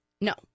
No